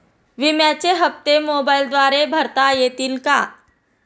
विम्याचे हप्ते मोबाइलद्वारे भरता येतील का?